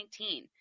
2019